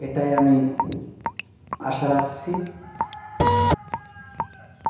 এটাই আমি আশা রাখছি